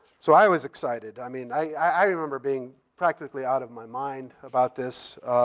so i was excited. i mean, i remember being practically out of my mind about this.